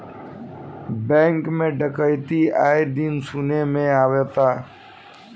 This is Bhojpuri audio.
बैंक में डकैती आये दिन सुने में आवता